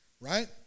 Right